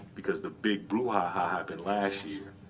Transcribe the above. because the big brouhaha happened last year,